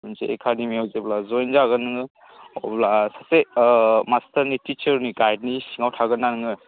मोनसे एकाडेमियाव जेब्ला जयेन जागोन नोङो अब्ला सासे मास्टारनि टिसार गाइडनि सिङाव थागोन ना नोङो